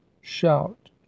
shout